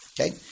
Okay